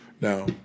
Now